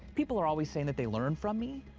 people are always saying that they learn from me,